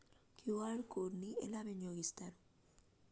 QR code ని ఎలా వినియోగిస్తారు?